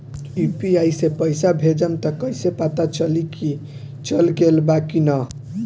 UPI से पइसा भेजम त कइसे पता चलि की चल गेल बा की न?